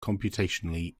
computationally